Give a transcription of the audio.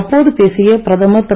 அப்போது பேசிய பிரதமர் திரு